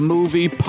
Movie